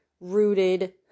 rooted